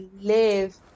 live –